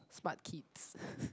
smart kids